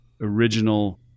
original